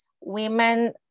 Women